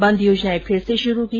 बंद योजनाएं फिर से शुरू की